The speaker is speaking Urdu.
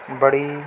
بڑی